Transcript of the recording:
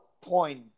point